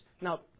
Now